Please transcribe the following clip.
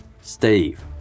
Steve